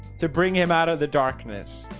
to bring him out of the darkness?